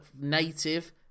native